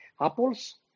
apples